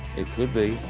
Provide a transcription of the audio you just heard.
it could be.